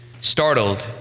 startled